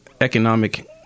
economic